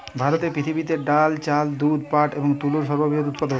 ভারত পৃথিবীতে ডাল, চাল, দুধ, পাট এবং তুলোর সর্ববৃহৎ উৎপাদক